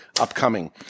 upcoming